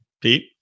Pete